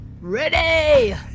Ready